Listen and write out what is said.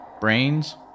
Brains